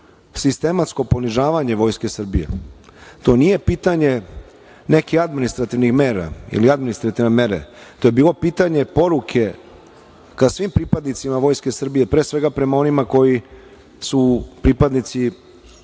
sistematsko ponižavanje Vojske Srbije. To nije pitanje nekih administrativnih mera ili administrativne mere. To je bilo pitanje poruke ka svim pripadnicima Vojske Srbije, pre svega prema onima koji su pripadnici